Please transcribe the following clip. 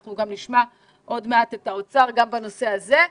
אנחנו עוד מעט נשמע את האוצר גם בנושא הזה.